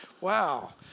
wow